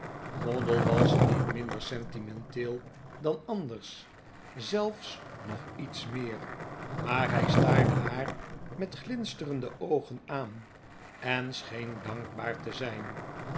moddle was niet minder sentimenteel dan anders zelfs nog iets meer maar hij staarde haar met glinsterende oogen aan en scheen dankbaar te zijn